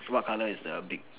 so what colour is the beak